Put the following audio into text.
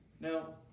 Now